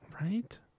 right